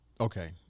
Okay